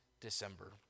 December